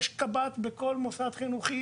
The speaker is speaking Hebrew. יש קב״ט בכל מוסד חינוכי,